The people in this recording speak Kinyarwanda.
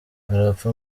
arapfa